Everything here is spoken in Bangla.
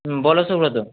হুম বলো সুব্রত